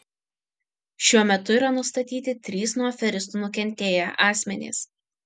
šiuo metu yra nustatyti trys nuo aferistų nukentėję asmenys